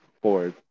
Ford